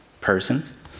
person